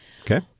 Okay